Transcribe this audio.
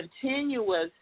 continuous